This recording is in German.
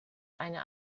eine